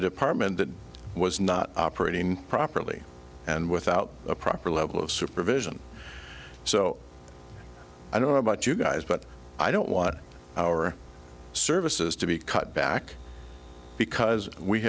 department that was not operating properly and without a proper level of supervision so i don't know about you guys but i don't want our services to be cut back because we